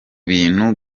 bintu